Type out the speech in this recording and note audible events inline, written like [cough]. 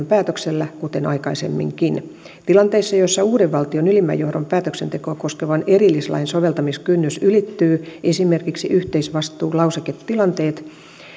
[unintelligible] päätöksellä kuten aikaisemminkin tilanteissa joissa uuden valtion ylimmän johdon päätöksentekoa koskevan erillislain soveltamiskynnys ylittyy esimerkiksi yhteisvastuulauseketilanteissa